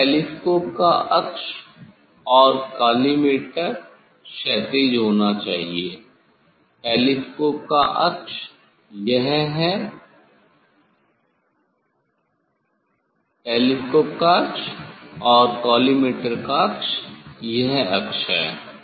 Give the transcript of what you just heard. तब टेलीस्कोप का अक्ष और कॉलीमेटर क्षैतिज होना चाहिए टेलीस्कोप का अक्ष यह है टेलीस्कोप का अक्ष और कॉलीमेटर का अक्ष यह अक्ष है